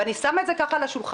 ואני שמה את זה ככה על השולחן,